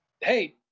Hey